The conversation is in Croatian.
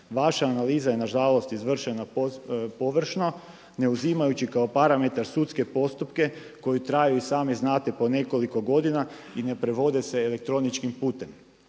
Vaša analiza je nažalost izvršena površno ne uzimajući kao parametar sudske postupke koji traju i sami znate po nekoliko godina i ne provode se elektroničkim putem.